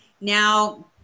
Now